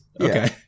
Okay